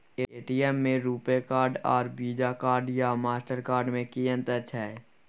ATM में RuPay card आर Visa card या मास्टर कार्ड में कि अतंर छै?